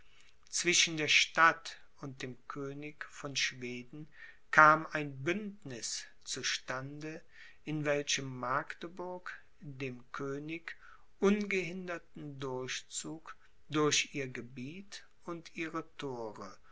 zwischen der stadt und dem könig von schweden kam ein bündniß zu stande in welchem magdeburg dem könig ungehinderten durchzug durch ihr gebiet und ihre thore